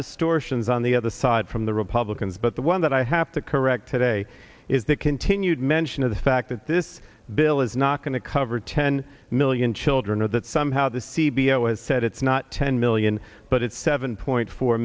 distortions on the other side from the republicans but the one that i have to correct today is the continued mention so the fact that this bill is not going to cover ten million children or that somehow the c b l has said it's not ten million but it's seven point four